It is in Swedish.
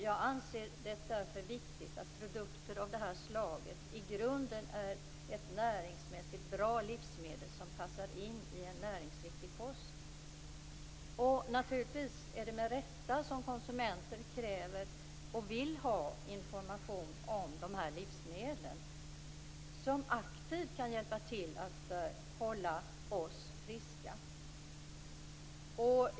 Jag anser att det är viktigt att produkter av det här slaget i grunden är ett näringsmässigt bra livsmedel som passar in i en näringsriktig kost. Naturligtvis är det med rätta som konsumenter kräver information om dessa livsmedel som aktivt kan hjälpa till att hålla oss friska.